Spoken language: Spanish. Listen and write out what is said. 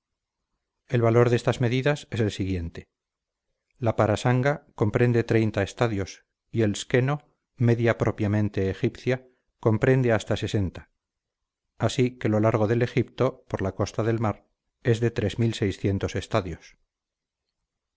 el valor de estas medidas es el siguiente la parasanga comprende treinta estadios y el scheno medida propiamente egipcia comprende hasta sesenta así que lo largo del egipto por la costa del mar es de estadios